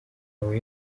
wawe